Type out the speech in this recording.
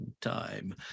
time